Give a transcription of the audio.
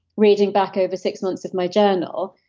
reading back over six months of my journal,